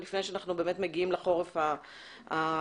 לפני שאנחנו מגיעים לחורף הקשה.